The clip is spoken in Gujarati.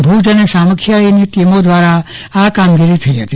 ભુજ અને સામખીયાળી આરટીઓ દ્વારા આ કામગીરી થઇ હતી